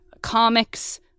comics